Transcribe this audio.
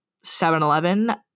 7-Eleven